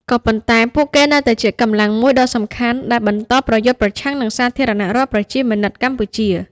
ក៏ប៉ុន្តែពួកគេនៅតែជាកម្លាំងមួយដ៏សំខាន់ដែលបន្តប្រយុទ្ធប្រឆាំងនឹង សាធារណរដ្ឋប្រជាមានិតកម្ពុជា។